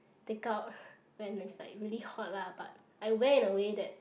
take out when it's like really hot lah but I wear in a way that